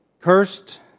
Cursed